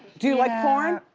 do you like porn?